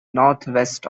northwest